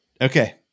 Okay